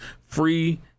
Free